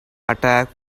attack